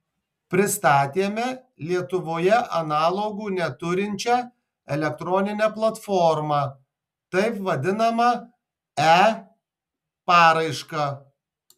pristatėme lietuvoje analogų neturinčią elektroninę platformą taip vadinamą e paraišką